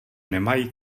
nemají